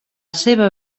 seva